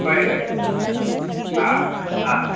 कळें कळें आ हा हा